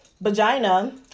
vagina